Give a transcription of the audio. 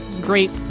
great